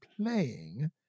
playing